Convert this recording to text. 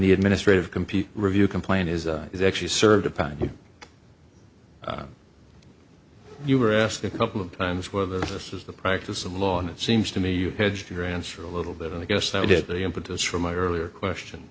the administrative compete review complaint is actually served upon you arrest a couple of times whether this is the practice of law and it seems to me you hedged your answer a little bit and i guess i did the impetus for my earlier question